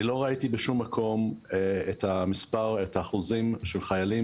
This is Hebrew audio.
אני לא ראיתי בשום מקום את האחוזים של חיילים